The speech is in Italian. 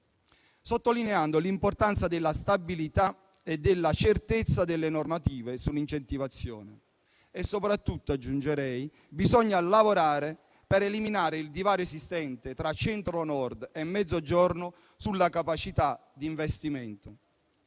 sottolineando l'importanza della stabilità e della certezza delle normative sull'incentivazione. Soprattutto, aggiungo che bisogna lavorare per eliminare il divario esistente tra Centro Nord e Mezzogiorno sulla capacità di investimento.